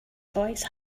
voice